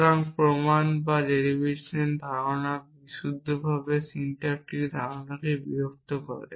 সুতরাং প্রমাণ বা ডেরিভেশনের ধারণা বিশুদ্ধভাবে সিনট্যাক্টিক ধারণাকে বিরক্ত করে